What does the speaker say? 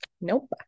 nope